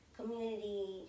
community